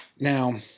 Now